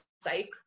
Psych